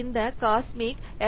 இந்த cosmic F